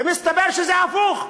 ומסתבר שזה הפוך.